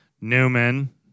Newman